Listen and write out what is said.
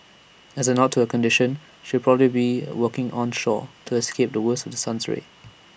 as A nod to her condition she'll probably be working onshore to escape the worst of the sun's rays